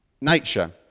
nature